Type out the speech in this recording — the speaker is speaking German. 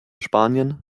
spanien